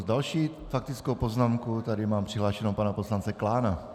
Další faktickou poznámku tady mám přihlášeného pana poslance Klána.